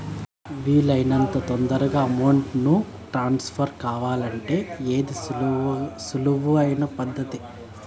వీలు అయినంత తొందరగా అమౌంట్ ను ట్రాన్స్ఫర్ కావాలంటే ఏది సులువు అయిన పద్దతి